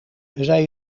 zij